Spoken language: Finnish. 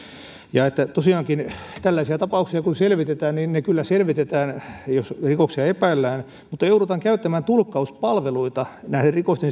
ja että tosiaankin tällaisia tapauksia kun selvitetään niin ne kyllä selvitetään jos rikoksia epäillään mutta joudutaan käyttämään tulkkauspalveluita näiden rikosten